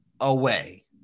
away